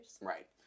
Right